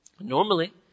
Normally